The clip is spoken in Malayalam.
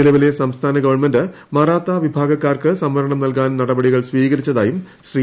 നിലവിലെ സംസ്ഥാന ഗവൺമെന്റ് മറാത്താ വിഭാഗക്കാർക്ക് സംവരണം നൽകാൻ നടപടികൾ സ്വീകരിച്ചതായും ശ്രീ